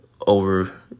over